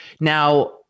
Now